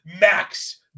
Max